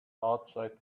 outside